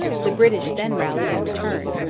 the british then rallied and returned.